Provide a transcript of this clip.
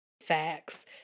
Facts